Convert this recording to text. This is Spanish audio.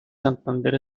santander